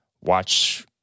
watch